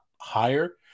higher